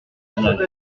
chapelle